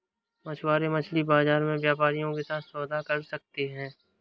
मछुआरे मछली बाजार में व्यापारियों के साथ सौदा कर सकते हैं